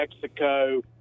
Mexico